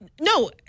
No